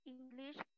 English